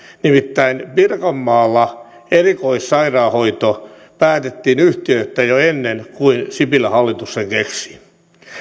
nimittäin pirkanmaalla erikoissairaanhoito päätettiin yhtiöittää jo ennen kuin sipilän hallitus sen keksi